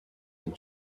and